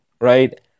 right